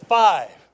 five